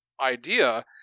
idea